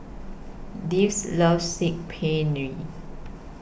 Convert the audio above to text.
Devens loves Saag Paneer